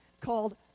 called